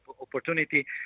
opportunity